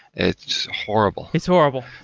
it's horrible. it's horrible.